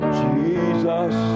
jesus